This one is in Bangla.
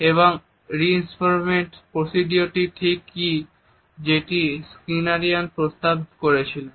এবার রিইনফোর্সমেন্ট প্রসিডিউরটি ঠিক কি যেটি স্কিনারিয়ান প্রস্তাব করেছিলেন